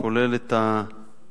כולל את המחקר